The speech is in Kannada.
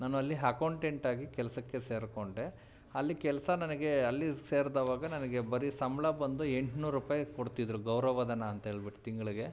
ನಾನು ಅಲ್ಲಿ ಹಕೌಂಟೆಂಟ್ ಆಗಿ ಕೆಲಸಕ್ಕೆ ಸೇರಿಕೊಂಡೆ ಅಲ್ಲಿ ಕೆಲಸ ನನಗೇ ಅಲ್ಲಿ ಸೇರ್ದಾವಾಗ ನನಗೆ ಬರೀ ಸಂಬಳ ಬಂದು ಎಂಟ್ನೂರು ರುಪಾಯಿ ಕೊಡ್ತಿದ್ದರು ಗೌರವ ಧನ ಅಂತ್ಹೇಳ್ಬಿಟ್ ತಿಂಗಳಿಗೆ